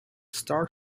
star